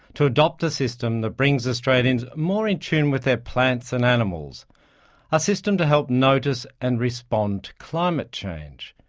to adopt a system that brings australians more in tune with their plants and animals a system to help notice and respond to climate change.